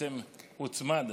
שבעצם הוצמד,